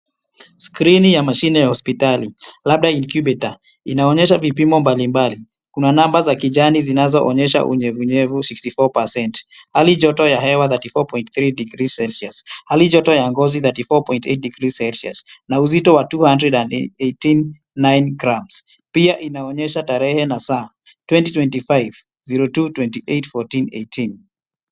Skrini ya mashini ya hospitali labda incubator inaonyesha vipimo mbalimbali Kuna namba za kijani zinazoonyesha unyevunyevu 64%, hali joto ya hewa 34.3- degree celcius , hali joto ya ngozi 34.8 degrees celcius na uzito wa 289 grams . Pia inaonyesha tarehe na saa 2025.02.28 14:18.